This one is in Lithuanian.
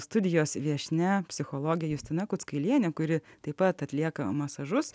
studijos viešnia psichologė justina kuckailienė kuri taip pat atlieka masažus